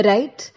Right